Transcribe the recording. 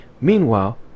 meanwhile